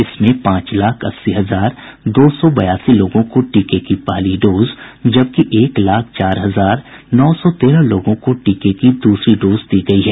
इसमें पांच लाख अस्सी हजार दो सौ बयासी लोगों को टीके की पहली डोज जबकि एक लाख चार हजार नौ सौ तेरह लोगों को टीके की दूसरी डोज दी गयी है